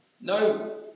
no